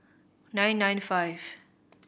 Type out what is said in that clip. nine nine five